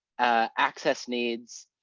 access needs,